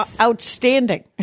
outstanding